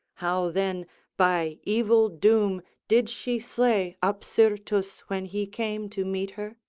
how then by evil doom did she slay apsyrtus when he came to meet her?